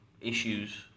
issues